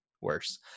worse